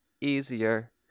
easier